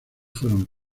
fueron